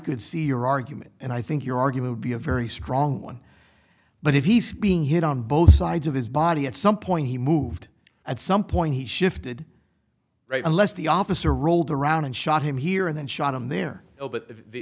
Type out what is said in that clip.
could see your argument and i think your argument be a very strong one but if he's being hit on both sides of his body at some point he moved at some point he shifted right unless the officer rolled around and shot him here and then shot him there but the